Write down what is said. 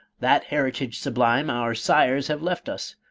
that heritage sublime our sires have left us,